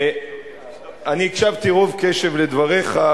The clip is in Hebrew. אני הקשבתי רוב קשב לדבריך,